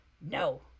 No